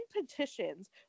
petitions